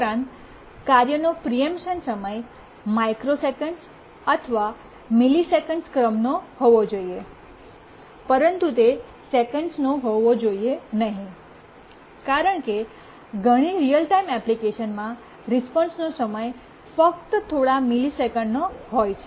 ઉપરાંત કાર્યનો પ્રિમીશન સમય માઇક્રોસેકન્ડ્સ અથવા મિલિસેકન્ડ્સનો ક્રમનો હોવો જોઈએ પરંતુ તે સેકંડનો હોવો જોઈએ નહીં કારણ કે ઘણી રીઅલ ટાઇમ એપ્લિકેશનમાં રિસ્પૉન્સનો સમય ફક્ત થોડા મિલિસેકન્ડનો હોય છે